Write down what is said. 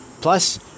Plus